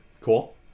Cool